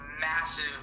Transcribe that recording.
massive